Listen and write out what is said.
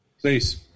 Please